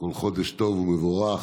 חודש טוב ומבורך.